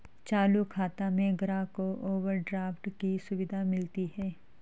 चालू खाता में ग्राहक को ओवरड्राफ्ट की सुविधा मिलती है